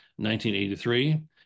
1983